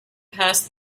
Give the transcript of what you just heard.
past